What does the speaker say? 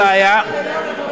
נכון.